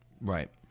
Right